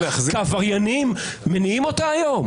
כי עבריינים מניעים אותה היום?